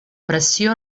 pressió